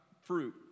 fruit